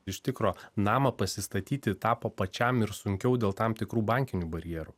iš tikro namą pasistatyti tapo pačiam ir sunkiau dėl tam tikrų bankinių barjerų